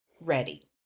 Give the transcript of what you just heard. ready